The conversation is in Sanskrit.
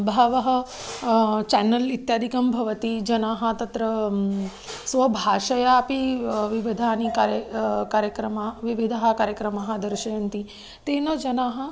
बहवः चेनल् इत्यादिकं भवति जनाः तत्र स्वभाषयापि विविधाः कार्याः कार्यक्रमाः विविधाः कार्यक्रमाः दर्शयन्ति तेन जनाः